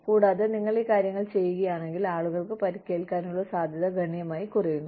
കൂടാതെ നിങ്ങൾ ഈ കാര്യങ്ങൾ ചെയ്യുകയാണെങ്കിൽ ആളുകൾക്ക് പരിക്കേൽക്കാനുള്ള സാധ്യത ഗണ്യമായി കുറയുന്നു